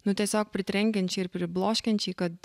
nu tiesiog pritrenkiančiai ir pribloškiančiai kad